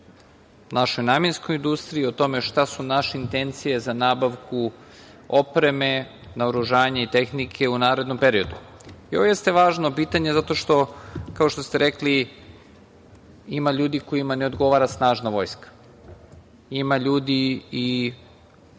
našoj namenskoj industriji, o tome šta su naše intencije za nabavku opreme, naoružanja i tehnike u narednom periodu. Ovo jeste važno pitanje zato što, kao što ste rekli, ima ljudi kojima ne odgovara snažna vojska, ima ljudi i